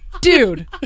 Dude